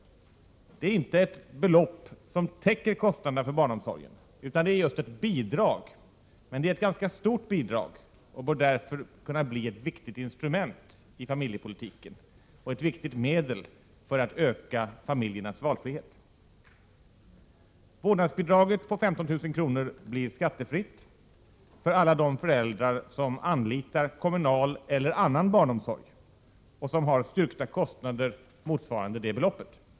Det är inte ett belopp som täcker kostnaderna för barnomsorgen, utan det är just ett bidrag. Men det är ett ganska stort bidrag och bör därför kunna bli ett viktigt instrument i familjepolitiken och ett viktigt medel för att öka familjernas valfrihet. Vårdnadsbidraget på 15 000 kr. blir skattefritt för alla föräldrar som anlitar kommunal eller annan barnomsorg och har styrkta kostnader motsvarande det beloppet.